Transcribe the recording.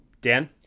Dan